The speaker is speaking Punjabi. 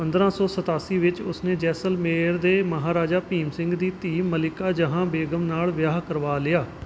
ਪੰਦਰ੍ਹਾਂ ਸੌ ਸਤਾਸੀ ਵਿੱਚ ਉਸ ਨੇ ਜੈਸਲਮੇਰ ਦੇ ਮਹਾਰਾਜਾ ਭੀਮ ਸਿੰਘ ਦੀ ਧੀ ਮਲਿਕਾ ਜਹਾਂ ਬੇਗਮ ਨਾਲ ਵਿਆਹ ਕਰਵਾ ਲਿਆ